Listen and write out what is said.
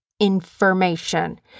Information